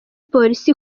polisi